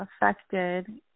affected